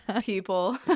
people